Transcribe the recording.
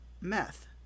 Meth